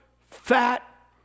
fat